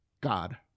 God